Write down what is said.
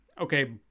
Okay